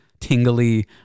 tingly